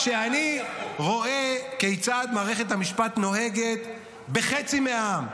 כשאני רואה כיצד מערכת המשפט נוהגת בחצי מהעם,